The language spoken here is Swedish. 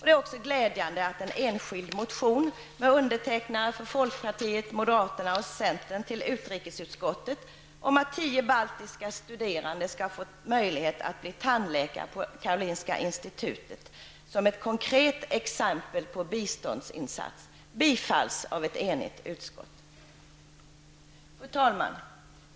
Det är glädjande att en enskild motion med undertecknare från folkpartiet, moderaterna och centerpartiet till utrikesutskottet om att tio baltiska studerande skall få möjlighet att studera till tandläkare på Karolinska institutet, som ett konkret exempel på biståndsinsatser, tillstyrks av utskottet. Fru talman!